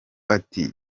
ati